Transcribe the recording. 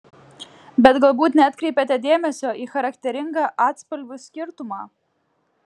bet galbūt neatkreipėte dėmesio į charakteringą atspalvių skirtumą